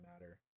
matter